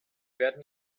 werden